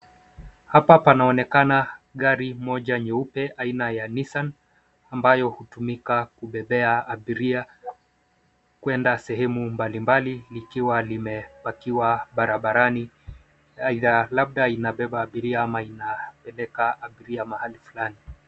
Hapa panaonekana gari moja nyeupe aina ya Nissan ambayo hutumika kubebea abiria kwenda sehemu mbalimbali likiwa limepakiwa barabarani. Aidha, labda inabeba abiria ama inapeleka abiria mahali fulani.